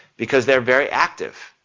because they are very active.